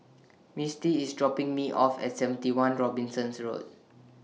Mistie IS dropping Me off At seventy one Robinson's Road